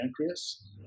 pancreas